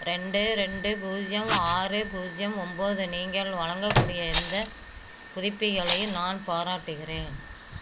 ரெண்டு ரெண்டு பூஜ்ஜியம் ஆறு பூஜ்ஜியம் ஒம்பது நீங்கள் வழங்கக்கூடிய எந்த புதுப்பிகளையும் நான் பாராட்டுகிறேன்